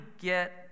get